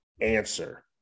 answer